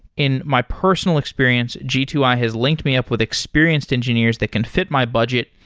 in my personal experience, g two i has linked me up with experienced engineers that can fit my budget,